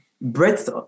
breadth